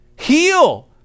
heal